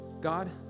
God